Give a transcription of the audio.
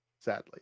sadly